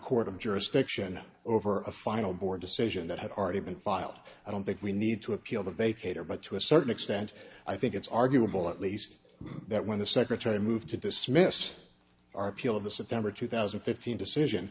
court of jurisdiction over a final board decision that had already been filed i don't think we need to appeal the vacated but to a certain extent i think it's arguable at least that when the secretary moved to dismiss our appeal of the september two thousand and fifteen decision